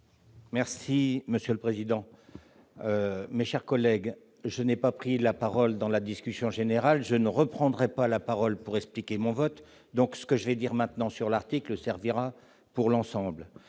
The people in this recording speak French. Merci monsieur le président, mes chers collègues, je n'ai pas pris la parole dans la discussion générale je ne reprendrai pas la parole pour expliquer mon vote donc ce que je vais dire maintenant sur l'article servira pour l'ensemble,